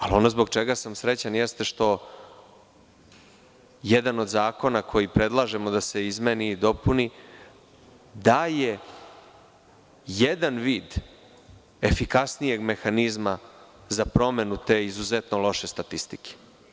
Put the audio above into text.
Ali, ono zbog čega sam srećan jeste što jedan od zakona koji predlažemo da se izmeni i dopuni daje jedan vid efikasnijeg mehanizma za promenu te izuzetno loše statistike.